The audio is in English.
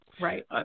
Right